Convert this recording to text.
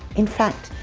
in fact,